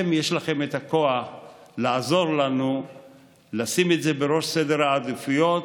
יש לכם את הכוח לעזור לנו לשים את זה בראש סדר העדיפויות,